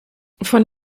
von